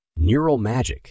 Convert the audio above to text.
NeuralMagic